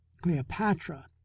Cleopatra